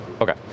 Okay